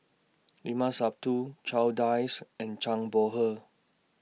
Limat Sabtu Charles Dyce and Zhang Bohe